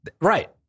Right